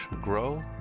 grow